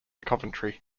coventry